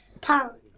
pound